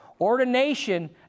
Ordination